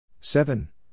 seven